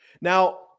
Now